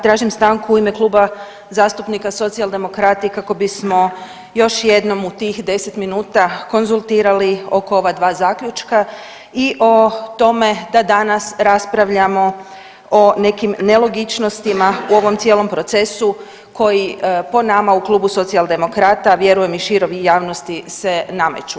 Tražim stanku u ime Kluba zastupnika Socijaldemokrata i kako bismo još jednom u tih 10 minuta konzultirali oko ova dva zaključka i o tome da danas raspravljamo o nekim nelogičnostima u ovom cijelom procesu koji po nama u Klubu Socijaldemokrata, a vjerujem i široj javnosti se nameću.